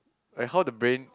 like how the brain